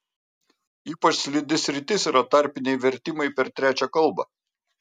ypač slidi sritis yra tarpiniai vertimai per trečią kalbą